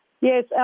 Yes